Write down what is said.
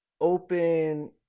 open